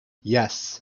yes